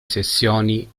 sessioni